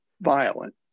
violent